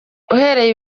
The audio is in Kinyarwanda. uhereye